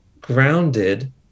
grounded